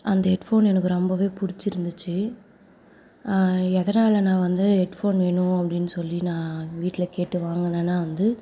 அந்த headphone எனக்கு ரொம்பவே பிடிச்சிருந்துச்சு எதனால் நான் வந்து ஹெட் ஃபோன் வேணும் அப்படின்னு சொல்லி நான் வீட்டில கேட்டு வாங்கினன்னா வந்து